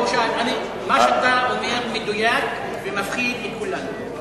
מה שאתה אומר מדויק ומפחיד לכולנו.